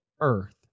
earth